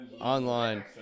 online